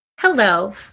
Hello